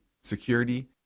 security